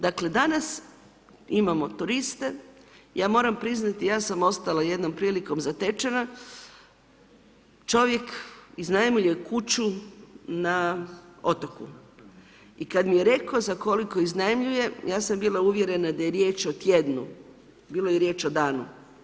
Dakle danas imamo turiste ja moram priznati, ja sam ostala jednom prilikom zatečena, čovjek iznajmljuje kuću na otoku i kad mi je rekao za koliko iznajmljuje, ja sam bila uvjerena da je riječ o tjednu, bilo je riječ o danu.